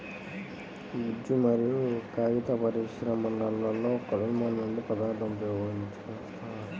గుజ్జు మరియు కాగిత పరిశ్రమలో కలపను ముడి పదార్థంగా ఉపయోగిస్తున్నారు